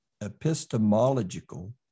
epistemological